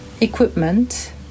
equipment